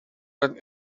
but